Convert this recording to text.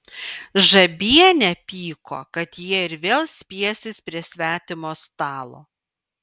žabienė pyko kad jie ir vėl spiesis prie svetimo stalo